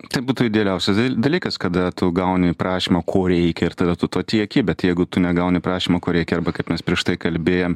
tai būtų idealiausias dalykas kada tu gauni prašymą ko reikia ir tada tu to tieki bet jeigu tu negauni prašymo ko reikia arba kaip mes prieš tai kalbėjom